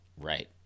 Right